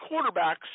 quarterbacks